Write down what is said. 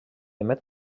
emet